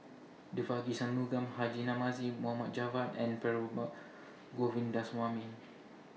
Devagi Sanmugam Haji Namazie Mohd Javad and Perumal Govindaswamy